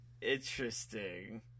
Interesting